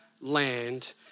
land